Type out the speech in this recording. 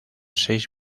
seis